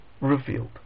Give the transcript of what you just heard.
revealed